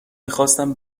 میخواستم